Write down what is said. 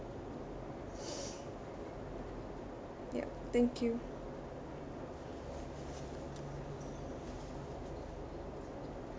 yup thank you